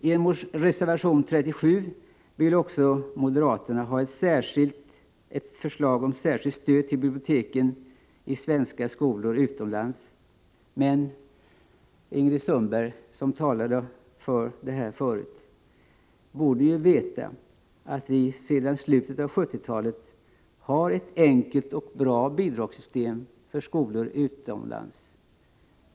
I reservation 37 vill moderaterna ha förslag om särskilt stöd till biblioteken i svenska skolor utomlands. Ingrid Sundberg, som tidigare talade för detta förslag, borde veta att vi sedan slutet av 1970-talet har ett enkelt och bra bidragssystem för skolor utomlands.